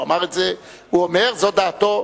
הוא אומר, זאת דעתו.